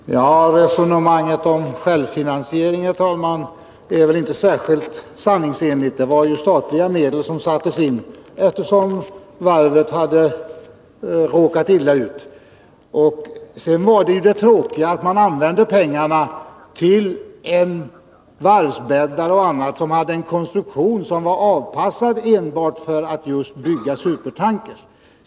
Herr talman! Resonemanget om självfinansiering är inte särskilt sanningsenligt. Det var ju statliga medel som sattes in, eftersom varvet hade råkat illa ut. Det tråkiga var att pengarna användes till varvsbäddar och annat som hade en konstruktion som var avpassad enbart för byggandet av supertankrar.